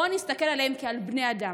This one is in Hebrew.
בואו נסתכל עליהם כעל בני אדם.